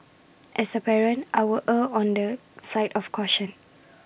as A parent I will err on the side of caution